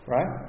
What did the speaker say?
Right